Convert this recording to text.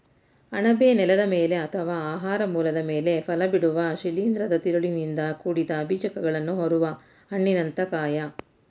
ಅಣಬೆ ನೆಲದ ಮೇಲೆ ಅಥವಾ ಆಹಾರ ಮೂಲದ ಮೇಲೆ ಫಲಬಿಡುವ ಶಿಲೀಂಧ್ರದ ತಿರುಳಿನಿಂದ ಕೂಡಿದ ಬೀಜಕಗಳನ್ನು ಹೊರುವ ಹಣ್ಣಿನಂಥ ಕಾಯ